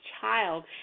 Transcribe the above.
child